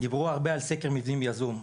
דיברו הרבה על סקר מבנים יזום.